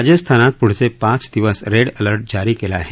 राजस्थानात पुढचे पाच दिवस रेड अस्पर्ट जारी केला आहे